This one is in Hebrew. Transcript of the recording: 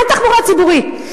אין תחבורה ציבורית.